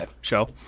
show